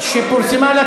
מי נתן לך?